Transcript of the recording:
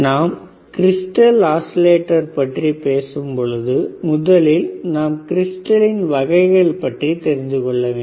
நாம் crystal oscillator பற்றி பேசும் பொழுது முதலில் நாம் கிரிஸ்டலின் வகைகள் பற்றி தெரிந்துகொள்ள வேண்டும்